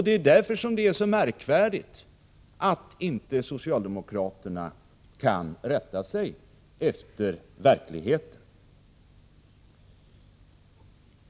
Det är därför som det är så märkvärdigt att inte socialdemokraterna kan rätta sig efter verkligheten.